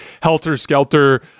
helter-skelter